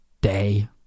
day